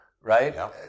right